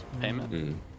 Payment